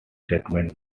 statements